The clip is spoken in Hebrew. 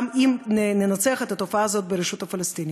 גם אם ננצח ונתגבר על התופעה הזאת ברשות הפלסטינית.